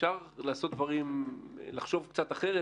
ואפשר לעשות דברים ולחשוב קצת אחרת.